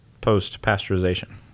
post-pasteurization